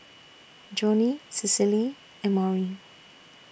Joni Cicely and Maury